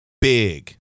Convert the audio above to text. big